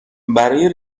برای